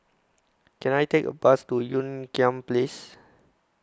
Can I Take A Bus to Ean Kiam Place